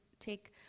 Take